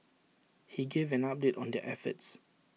he gave an update on their efforts